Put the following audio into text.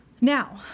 Now